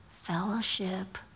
Fellowship